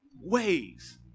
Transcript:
ways